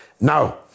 Now